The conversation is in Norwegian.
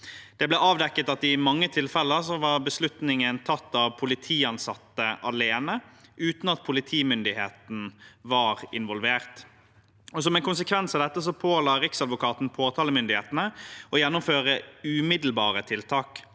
Det ble avdekket at i mange tilfeller var beslutningen tatt av politiansatte alene, uten at politimyndigheten var involvert. Som en konsekvens av dette påla Riksadvokaten påtalemyndighetene å gjennomføre umiddelbare tiltak.